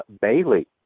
Bailey